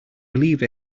believe